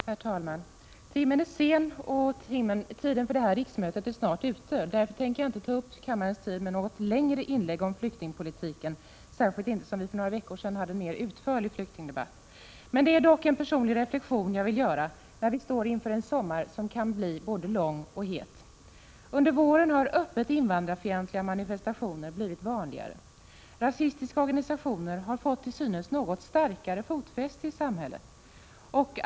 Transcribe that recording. Herr talman! Timmen är sen och tiden för detta riksmöte är snart ute. Därför tänker jag inte ta upp kammarens tid med något längre inlägg om flyktingpolitiken, särskilt inte som vi för några veckor sedan hade en utförlig flyktingdebatt. Jag vill dock göra en personlig reflexion när vi står inför en sommar som kan bli både lång och het. Under våren har öppet invandrarfientliga manifestationer blivit vanligare. Rasistiska organisationer har fått till synes något starkare fotfäste i samhället.